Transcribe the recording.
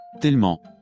Tellement